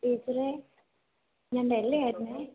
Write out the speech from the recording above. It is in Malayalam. ടീച്ചറേ ഞാൻ ഡെല്ല ആയിരുന്നു